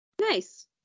Nice